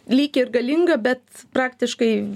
lyg ir galinga bet praktiškai